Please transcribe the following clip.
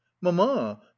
mamma